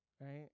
Right